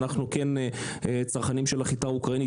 אנחנו כן צרכנים של החיטה האוקראינית,